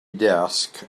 desk